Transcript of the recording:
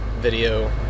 video